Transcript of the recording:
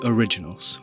Originals